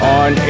on